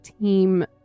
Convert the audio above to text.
team